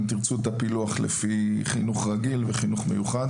אם תרצו את הפילוח לפי חינוך רגיל וחינוך מיוחד